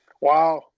Wow